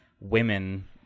women